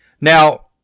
now